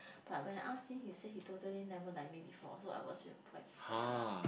but when I ask him he said he totally never like me before so I was actually quite sad lor